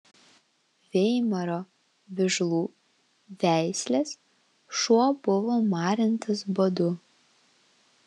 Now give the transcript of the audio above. veimaro vižlų veislės šuo buvo marintas badu